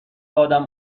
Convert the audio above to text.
ادم